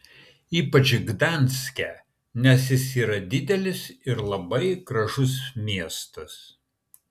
ypač gdanske nes jis yra didelis ir labai gražus miestas